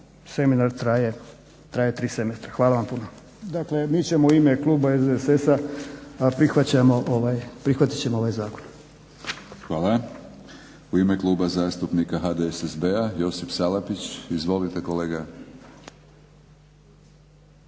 seminar traje tri semestra. Hvala vam puno. Dakle mi ćemo u ime kluba SDSS-a prihvatit ćemo ovaj zakon. **Batinić, Milorad (HNS)** Hvala. U ime Kluba zastupnika HDSSB-a Josip Salapić. Izvolite kolega.